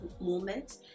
moment